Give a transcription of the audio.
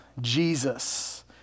Jesus